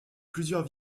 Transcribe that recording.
plusieurs